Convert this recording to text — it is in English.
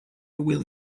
will